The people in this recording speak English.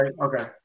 okay